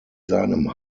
seinem